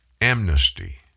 amnesty